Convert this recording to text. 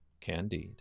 Candide